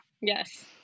yes